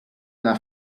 alla